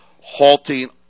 halting